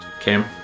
Cam